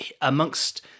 amongst